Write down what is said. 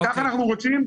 כך אנחנו רוצים,